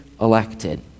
elected